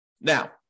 Now